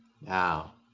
Now